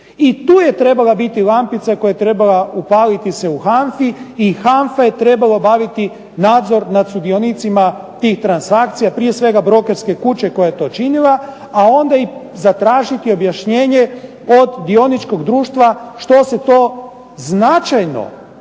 I tu je trebala biti lampica koja je trebala upaliti se u HANFA-i, i HANFA je trebala obaviti nadzor nad sudionicima tih transakcija, prije svega brokerske kuće koja je to činila, a onda i zatražiti objašnjenje od dioničkog društva što se to značajno